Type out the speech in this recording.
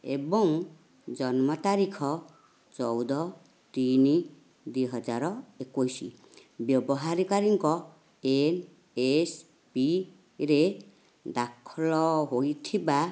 ଏବଂ ଜନ୍ମ ତାରିଖ ଚଉଦ ତିନି ଦୁଇହଜାର ଏକୋଇଶି ବ୍ୟବହାରକାରୀଙ୍କ ଏନ୍ଏସ୍ପିରେ ଦାଖଲ ହୋଇଥିବା